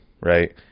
right